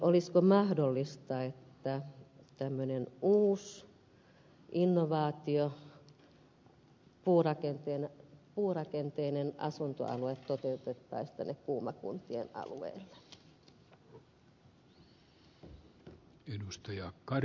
olisiko mahdollista että tämmöinen uusi innovaatio puurakenteinen asuntoalue toteutettaisiin kuuma kuntien alueelle